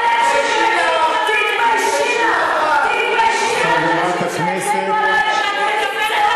תתביישי לך, תתביישי לך,